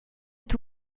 est